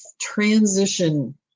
transition